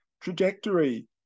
trajectory